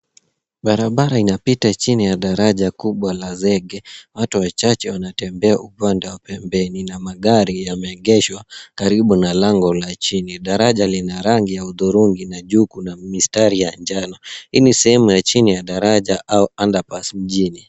Barabara inapita chini ya daraja kubwa la zege. Watu wachache wanatembea upande wa pembeni na magari yameegeshwa karibu na lango la chini . Daraja lina rangi ya hudhurungi na juu kuna mistari ya njano. Hii ni sehemu ya chini ya daraja au underpass mjini.